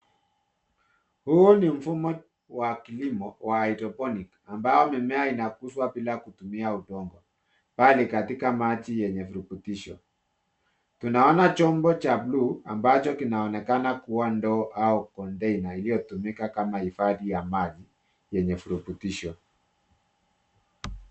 Huu ni mfumo wa kilimo wa hydroponic ambao mimea inakuzwa bila kutumia udongo bali katika maji yenye virutubisho. Tunaona chombo cha blue ambacho kinaonekana kuwa ndoo au container iliyotumika kama hifadhi ya maji yenye virutubisho.